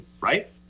right